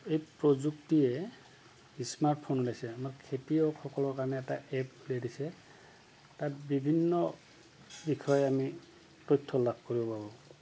এই প্ৰযুক্তিয়ে স্মাৰ্টফোন উলাইছে আমাৰ খেতিয়কসকলৰ কাৰণে এটা এপ উলিয়াই দিছে তাত বিভিন্ন বিষয়ে আমি তথ্য লাভ কৰিব পাৰোঁ